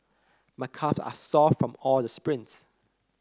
my calve are sore from all the sprints